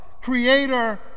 creator